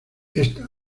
esta